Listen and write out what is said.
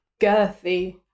girthy